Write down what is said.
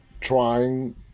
trying